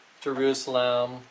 Jerusalem